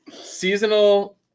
Seasonal